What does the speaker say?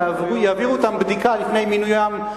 יעבירו אותם בדיקה לפני מינוים?